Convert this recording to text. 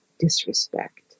disrespect